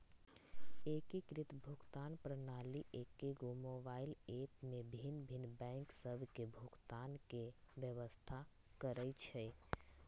एकीकृत भुगतान प्रणाली एकेगो मोबाइल ऐप में भिन्न भिन्न बैंक सभ के भुगतान के व्यवस्था करइ छइ